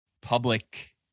public